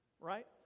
right